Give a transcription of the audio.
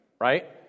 right